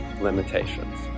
Limitations